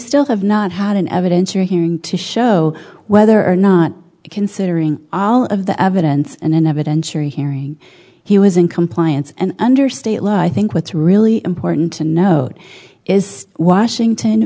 still have not had an evidentiary hearing to show whether or not considering all of the evidence and an evidentiary hearing he was in compliance and under state law i think what's really important to note is washington